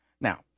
Now